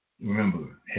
Remember